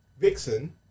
Vixen